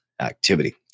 activity